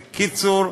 בקיצור,